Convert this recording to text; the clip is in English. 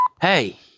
Hey